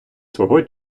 свого